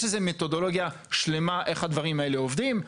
יש לזה מתודולוגיה שלמה איך הדברים האלה עובדים.